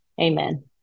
Amen